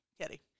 Katie